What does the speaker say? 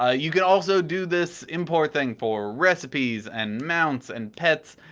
ah you can also do this import thing for recipes, and mounts, and pets,